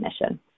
mission